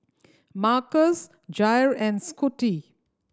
Marcus Jair and Scotty